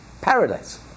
paradise